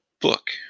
book